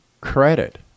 credit